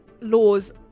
laws